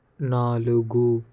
నాలుగు